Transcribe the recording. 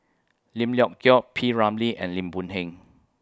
Lim Leong Geok P Ramlee and Lim Boon Heng